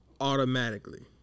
automatically